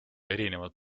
erinevad